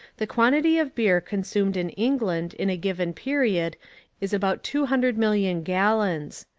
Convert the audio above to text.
the quantity of beer consumed in england in a given period is about two hundred million gallons.